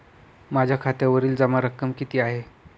माझ्या खात्यावरील जमा रक्कम किती आहे?